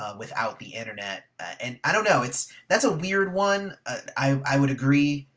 ah without the internet. and i don't know it's that's a weird one. i would agree,